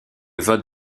vote